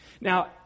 Now